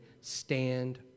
stand